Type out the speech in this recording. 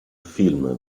film